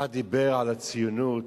אחד דיבר על הציונות,